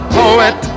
poet